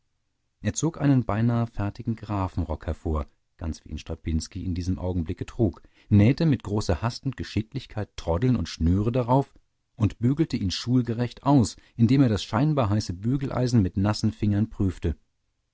er zog einen beinahe fertigen grafenrock hervor ganz wie ihn strapinski in diesem augenblicke trug nähete mit großer hast und geschicklichkeit troddeln und schnüre darauf und bügelte ihn schulgerecht aus indem er das scheinbar heiße bügeleisen mit nassen fingern prüfte